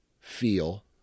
feel